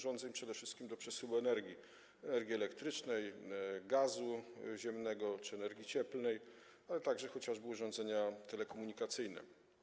Chodzi przede wszystkim o urządzenia do przesyłu energii, energii elektrycznej, gazu ziemnego czy energii cieplnej, ale także chociażby o urządzenia telekomunikacyjne.